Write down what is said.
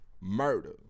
murder